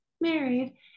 married